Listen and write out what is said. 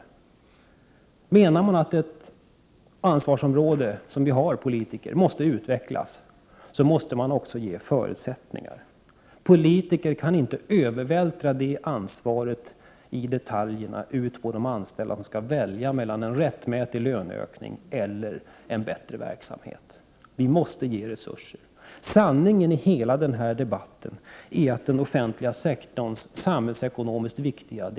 Om man menar att ett ansvarsområde som vi politiker har skall utvecklas, måste det också ges förutsättningar. Politiker kan inte övervältra det ansvaret i detaljer på de anställda, som skall välja mellan en rättmätig löneökning eller en bättre verksamhet. Vi måste ge resurser. Sanningen i hela denna debatt är att den offentliga sektorns samhällsekonomiskt viktiga Prot.